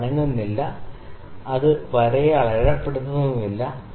അത് അനങ്ങുന്നില്ല അത് വരയെ അടയാളപ്പെടുത്തുന്നില്ല